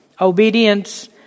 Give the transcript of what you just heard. obedience